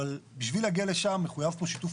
אבל בשביל להגיע לשם מחויב פה שיתוף